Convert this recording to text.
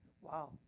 Wow